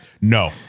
No